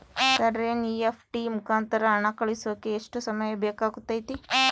Sir NEFT ಮುಖಾಂತರ ಹಣ ಕಳಿಸೋಕೆ ಎಷ್ಟು ಸಮಯ ಬೇಕಾಗುತೈತಿ?